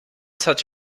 such